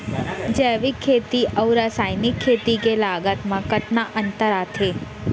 जैविक खेती अऊ रसायनिक खेती के लागत मा कतना अंतर आथे?